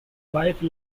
wife